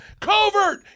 Covert